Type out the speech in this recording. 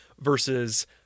versus